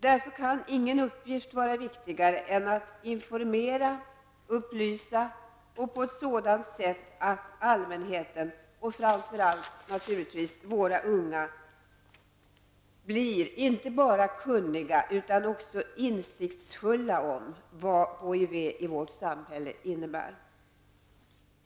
Därför kan ingen uppgift vara viktigare än att informera och upplysa på ett sådant sätt att allmänheten, och framför allt naturligtvis våra unga, blir inte bara kunniga utan även insiktsfulla om vad HIV i vårt samhälle innebär.